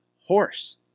horse